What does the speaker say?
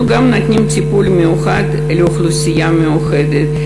אנחנו גם נותנים טיפול מיוחד לאוכלוסייה מיוחדת.